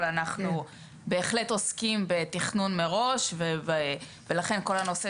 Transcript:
אבל אנחנו בהחלט עוסקים בתכנון מראש ולכן כל הנושא